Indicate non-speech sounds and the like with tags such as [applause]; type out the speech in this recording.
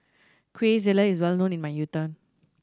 quesadillas is well known in my [unintelligible]